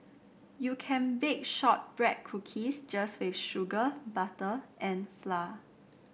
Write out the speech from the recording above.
you can bake shortbread cookies just with sugar butter and flour